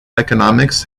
economics